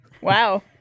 Wow